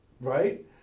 right